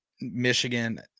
Michigan